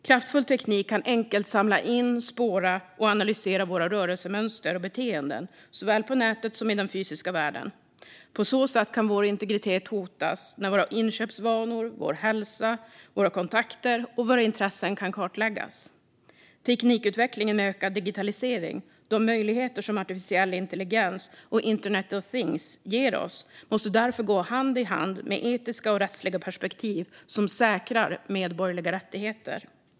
Kraftfull teknik kan enkelt samla in, spåra och analysera våra rörelsemönster och beteenden såväl på nätet som i den fysiska världen. På så sätt kan vår integritet hotas när våra inköpsvanor, vår hälsa, våra kontakter och våra intressen kan kartläggas. Teknikutvecklingen med ökad digitalisering och de möjligheter som artificiell intelligens och internet of things ger oss måste därför gå hand i hand med etiska och rättsliga perspektiv som säkrar medborgerliga rättigheter.